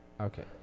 Okay